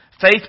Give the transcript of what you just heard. Faith